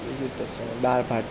બીજું તો શું દાળ ભાત